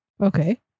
Okay